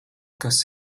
kas